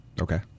Okay